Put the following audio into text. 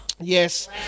Yes